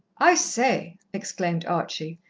i say! exclaimed archie,